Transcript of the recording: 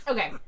Okay